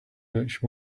which